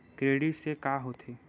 Credit से का होथे?